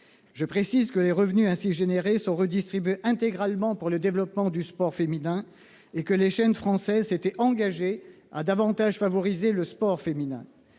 Je précise que les revenus ainsi générés sont redistribués intégralement pour le développement du sport féminin et que les chaînes françaises s'étaient engagées à davantage favoriser le sport féminin,